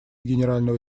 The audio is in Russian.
генерального